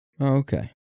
Okay